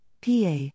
PA